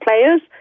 players